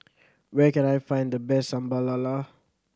where can I find the best Sambal Lala